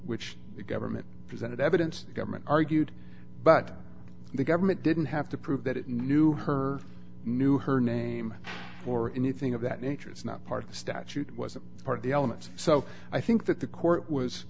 the government presented evidence government argued but the government didn't have to prove that it knew her knew her name or anything of that nature it's not part of the statute it wasn't part of the elements so i think that the court was